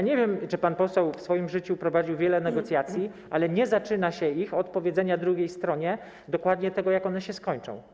Nie wiem, czy pan poseł w swoim życiu prowadził wiele negocjacji, ale nie zaczyna się ich od powiedzenia drugiej stronie dokładnie tego, jak one się skończą.